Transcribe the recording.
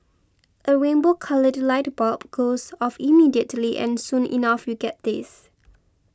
a rainbow coloured light bulb goes off immediately and soon enough you get this